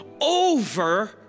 over